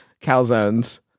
Calzones